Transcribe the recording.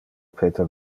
peter